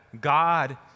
God